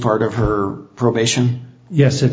part of her probation yes i